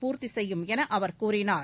பூர்த்தி செய்யும் என அவர் கூறினார்